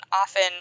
often